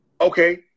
Okay